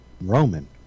Roman